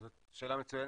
זאת שאלה מצוינת,